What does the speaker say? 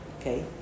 okay